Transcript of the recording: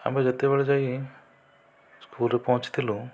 ଆମେ ଯେତେବେଳେ ଯାଇ ସ୍କୁଲରେ ପହଞ୍ଚିଥିଲୁ